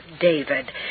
David